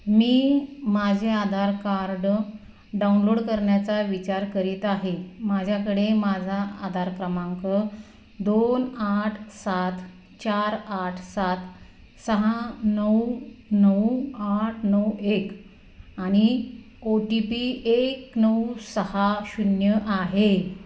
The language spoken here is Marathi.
मी माझे आधार कार्ड डाउनलोड करण्याचा विचार करीत आहे माझ्याकडे माझा आधार क्रमांक दोन आठ सात चार आठ सात सहा नऊ नऊ आठ नऊ एक आणि ओ टी पी एक नऊ सहा शून्य आहे